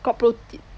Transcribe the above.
got protein